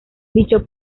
dicho